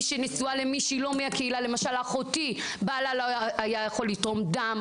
אחותי נשואה למישהו שלא מהקהילה ובעלה לא יכול היה לתרום דם,